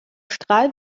strahl